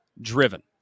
driven